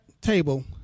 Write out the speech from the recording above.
table